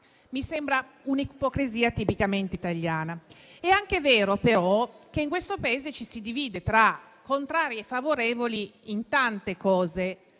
questa, una ipocrisia tipicamente italiana. È anche vero, però, che in questo Paese ci si divide tra contrari e favorevoli su tante